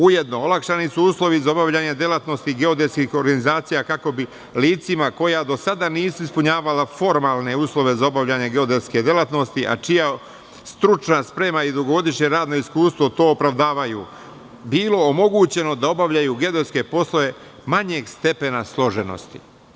Ujedno, olakšani su uslovi za obavljanje delatnosti geodetskih organizacija, kako bi licima koja do sada nisu ispunjavala formalne uslove za obavljanje geodetske delatnosti, a čija stručna sprema i dugogodišnji radno iskustvo to opravdavaju, bilo omogućeno da obavljaju geodetske poslove manjeg stepena složenosti.